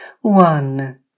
one